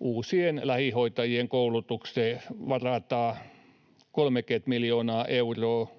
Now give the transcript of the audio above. Uusien lähihoitajien koulutukseen varataan 30 miljoonaa euroa